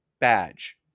badge